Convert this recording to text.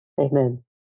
Amen